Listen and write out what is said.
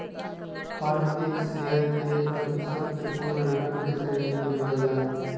हर एक शेयर के प्रतिशत के पूर्ण रिटर्न के श्रेणी में जोडल जाहई